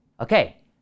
Okay